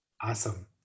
Awesome